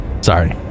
Sorry